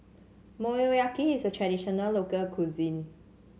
Motoyaki is a traditional local cuisine